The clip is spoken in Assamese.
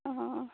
অঁ